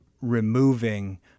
removing